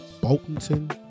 Bolton